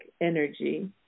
energy